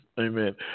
Amen